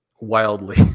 wildly